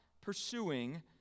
pursuing